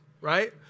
right